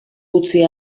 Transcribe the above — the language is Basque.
utzi